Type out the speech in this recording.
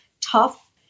tough